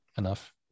enough